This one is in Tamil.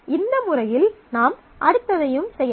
இந்த முறையில் நாம் அடுத்ததையும் செய்யலாம்